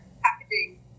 packaging